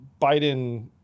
Biden